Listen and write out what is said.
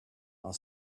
are